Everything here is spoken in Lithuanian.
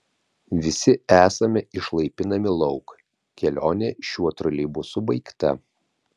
visi esame išlaipinami lauk kelionė šiuo troleibusu baigta